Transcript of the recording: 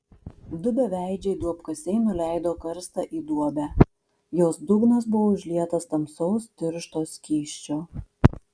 du beveidžiai duobkasiai nuleido karstą į duobę jos dugnas buvo užlietas tamsaus tiršto skysčio